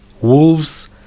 Wolves